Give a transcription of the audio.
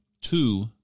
two